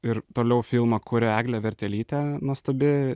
ir toliau filmą kuria eglė vertelytė nuostabi